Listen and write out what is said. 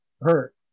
hurt